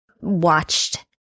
watched